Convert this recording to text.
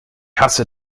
hasse